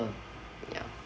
ya